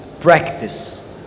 practice